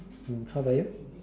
mm how about you